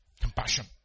compassion